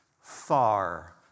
far